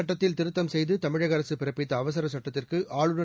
சுட்டத்தில் திருத்தம் செய்து தமிழக அரசு பிறப்பித்த அவசரச் சுட்டத்திற்கு ஆளுநர்